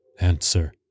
Answer